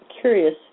curious